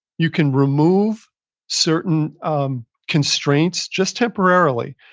you can remove certain um constraints just temporarily.